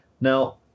Now